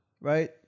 Right